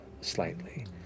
slightly